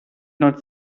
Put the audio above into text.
not